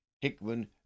Hickman